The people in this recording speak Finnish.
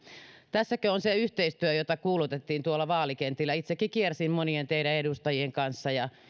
tässäkö on se yhteistyö jota peräänkuulutettiin tuolla vaalikentillä itsekin kiersin monien teidän edustajien kanssa ja